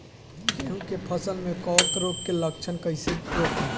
गेहूं के फसल में कवक रोग के लक्षण कईसे रोकी?